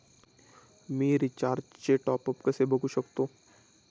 मी रिचार्जचे टॉपअप कसे बघू शकतो?